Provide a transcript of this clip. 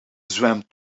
zwem